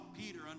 Peter